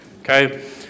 Okay